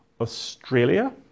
Australia